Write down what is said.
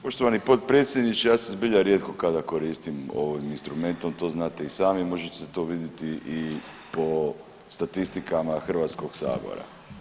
Poštovani potpredsjedniče ja se zbilja rijetko kada koristim ovim instrumentom, to znate i sami, može se to vidjeti i po statistikama Hrvatskog sabora.